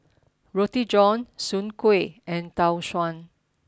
Roti John Soon Kuih and Tau Suan